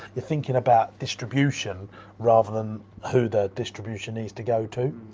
you're thinking about distribution rather than who the distribution needs to go to.